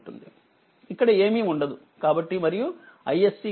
ఇక్కడ ఏమీ ఉండదు కాబట్టి మరియుiSC కేవలం 4ఆంపియర్ఉంటుంది